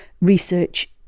research